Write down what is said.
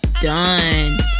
done